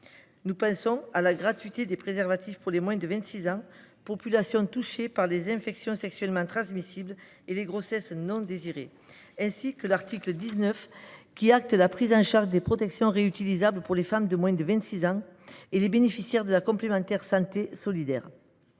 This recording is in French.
Nous pensons à la gratuité des préservatifs pour les moins de 26 ans – population touchée par les infections sexuellement transmissibles et les grossesses non désirées –, ainsi qu’à l’article 19, qui acte la prise en charge des protections réutilisables pour les femmes de moins de 26 ans et les bénéficiaires de la complémentaire santé solidaire